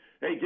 hey